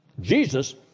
Jesus